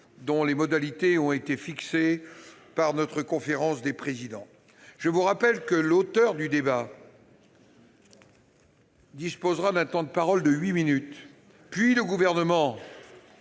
dont les modalités ont été fixées par la conférence des présidents. Je rappelle que l'auteur du débat disposera d'un temps de parole de huit minutes ; puis le Gouvernement